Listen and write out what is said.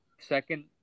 Second